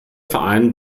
verein